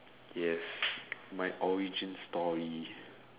yes my origin story